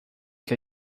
que